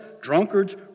drunkards